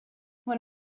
when